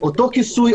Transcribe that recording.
אותו כיסוי,